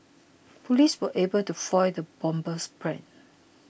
police were able to foil the bomber's plans